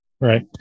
Right